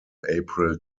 april